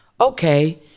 Okay